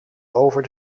over